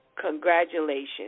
congratulations